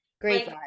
great